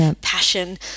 passion